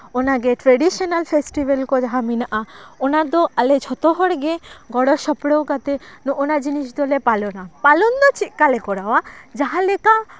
ᱚᱱᱟᱜᱮ traditional festival ᱠᱚ ᱢᱮᱱᱟᱜᱼᱟ ᱚᱱᱟ ᱫᱚ ᱟᱞᱮ ᱡᱷᱚᱛᱚ ᱦᱚᱲᱜᱮ ᱜᱚᱲᱚ ᱥᱚᱯᱲᱚ ᱠᱟᱛᱮᱫ ᱱᱚᱜᱼᱱᱟ ᱡᱤᱱᱤᱥ ᱫᱚᱞᱮ ᱯᱟᱞᱚᱱᱟ ᱯᱟᱞᱚᱱ ᱫᱚ ᱪᱮᱫ ᱠᱟᱞᱮ ᱠᱚᱨᱟᱣᱟ ᱡᱟᱦᱟᱸ ᱞᱮᱠᱟ